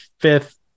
fifth